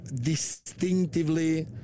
distinctively